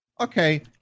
Okay